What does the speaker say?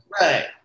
right